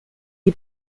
est